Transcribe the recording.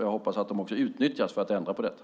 Jag hoppas att de också utnyttjas för att ändra på detta.